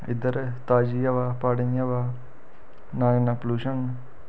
इद्धर ताज़ी हवा प्हाड़ें दी हवा ना इन्ना पल्यूशन